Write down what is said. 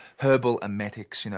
herbal emetics, you know,